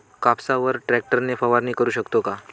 कापसावर ट्रॅक्टर ने फवारणी करु शकतो का?